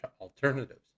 alternatives